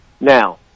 Now